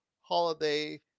holiday